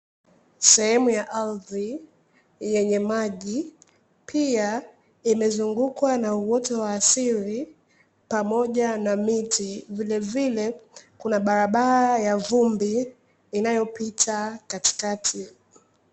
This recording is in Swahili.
Sehemu ya ardhi yenye maji pia imezungukwa na uoto wa asili pamoja na miti vile vile, kuna barabara ya vumbi inayopita katikati.